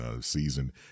season